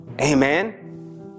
Amen